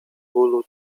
bólu